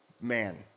Man